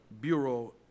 Bureau